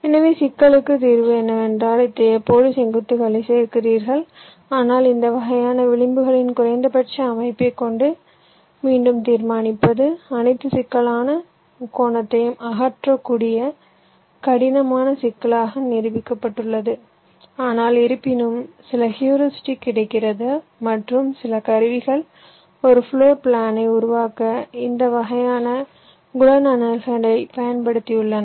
எனவே சிக்கலுக்கு தீர்வு என்னவென்றால் இத்தகைய போலி செங்குத்துகளைச் சேர்க்கிறீர்கள் ஆனால் இந்த வகையான விளிம்புகளின் குறைந்தபட்ச அமைப்பை மீண்டும் தீர்மானிப்பது அனைத்து சிக்கலான முக்கோணத்தையும் அகற்றக்கூடிய கடினமான சிக்கலாக நிரூபிக்கப்பட்டுள்ளது ஆனால் இருப்பினும் சில ஹியூரிஸ்டிக்ஸ் கிடைக்கிறது மற்றும் சில கருவிகள் ஒரு பிளோர் பிளானை உருவாக்க இந்த வகையான குணநலன்களைப் பயன்படுத்தியுள்ளன